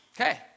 okay